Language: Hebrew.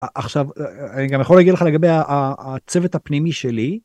עכשיו אני גם יכול להגיד לך לגבי הצוות הפנימי שלי.